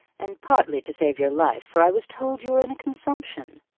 and partly to save your life, for i was told you were in a consumption.